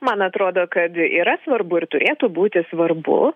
man atrodo kad yra svarbu ir turėtų būti svarbu